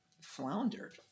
floundered